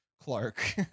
Clark